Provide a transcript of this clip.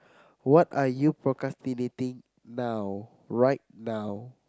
what are you procrastinating now right now